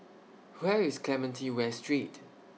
Where IS Clementi West Street